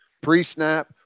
pre-snap